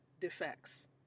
defects